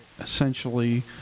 essentially